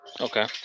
Okay